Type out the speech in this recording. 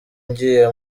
ngiye